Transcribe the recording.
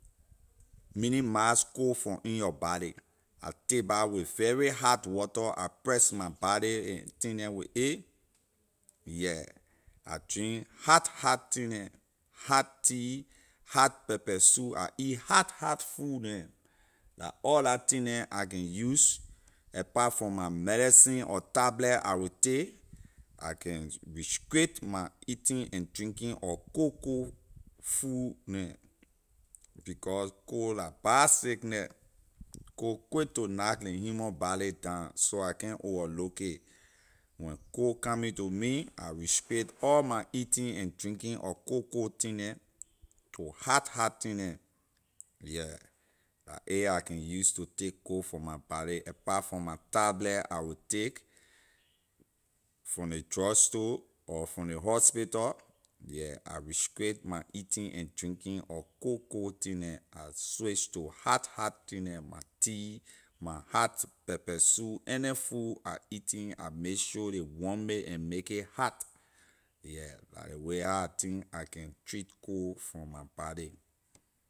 Minimize cold from in your body I take bah with very hot water I press my body and thing neh with a yeah I drink hot hot thing neh hot tea hot pepper soup I eat hot hot food neh la all la thing neh I can use apart from my medicine or tablet I will take I can restrict my eating and drinking of cold cold food neh because cold la bad sickness cold quick to knack ley human body down so I can't overlook a when cold coming to me I restrict all my eating and drinking of cold cold thing neh to hot hot thing neh yeah la a I can use to take cold from my body apart from my tablet i'll take from ley drugs store or from ley hospital yeah I restrict my eating and drinking of cold cold thing neh I switch to hot hot thing neh my tea my hot pepper soup any food I eating I may sure ley warm it make it hot yeah la ley way how I think I can treat cold from my body.